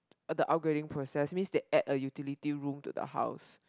uh the upgrading process means they add a utility room to the house